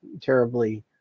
terribly